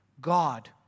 God